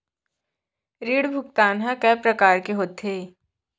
ऋण भुगतान ह कय प्रकार के होथे?